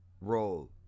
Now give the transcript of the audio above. roll